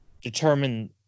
determine